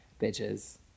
bitches